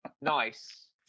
nice